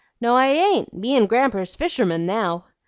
no, i ain't me and gramper's fishermen now.